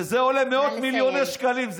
שזה עולה מאות מיליוני שקלים,